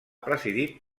presidit